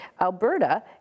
Alberta